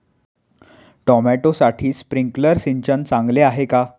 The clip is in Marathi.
टोमॅटोसाठी स्प्रिंकलर सिंचन चांगले आहे का?